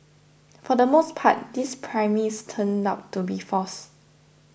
for the most part this premise turned out to be false